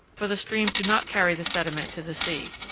for the streams do not carry the sediment to the sea.